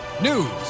news